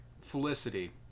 felicity